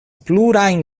plurajn